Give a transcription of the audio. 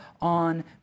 on